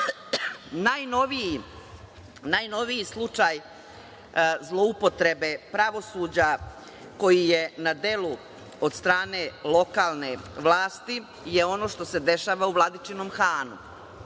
reaguje. Najnoviji slučaj zloupotrebe pravosuđa koji je na delu od strane lokalne vlasti je ono što se dešava u Vladičinom Hanu,